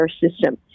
system